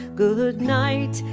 good night.